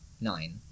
nine